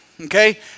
Okay